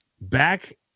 back